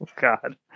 God